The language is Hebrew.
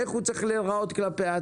איך הוא צריך להיראות בעתיד?